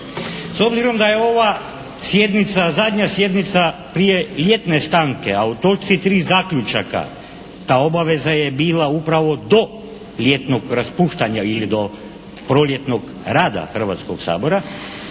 S obzirom da je ova sjednica zadnja sjednica prije ljetne stanke, a u točci 3. Zaključaka ta obaveza je bila upravo do ljetnog raspuštanja ili do proljetnog rada Hrvatskog sabora.